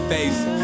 Facing